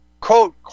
quote